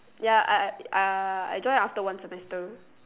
ya I I uh I join after one semester